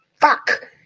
fuck